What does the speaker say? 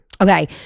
Okay